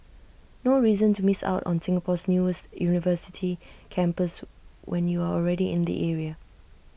no reason to miss out on Singapore's newest university campus when you're already in the area